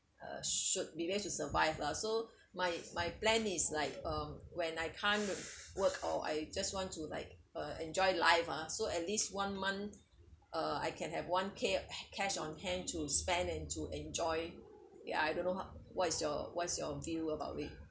uh should be able to survive lah so my my plan is like um when I can't work or I just wanted to like uh enjoy life ah so at least one month uh I can have one K of cash on hand to spend and to enjoy ya I don't know how what's your what's your view about it